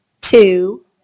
two